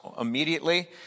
immediately